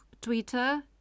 Twitter